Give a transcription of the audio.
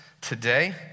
today